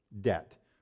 debt